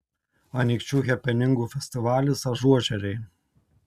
anykščių hepeningų festivalis ažuožeriai